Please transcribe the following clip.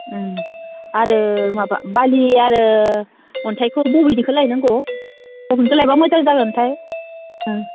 आरो माबा बालि आरो अन्थाइखौ बबेनिफ्राय लायनांगौ अबेनिफ्राय लायब्ला मोजां जागोनथाय ओं